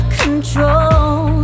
control